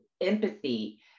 empathy